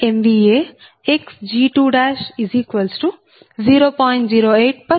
08 p